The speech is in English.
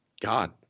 god